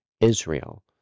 Israel